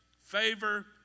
favor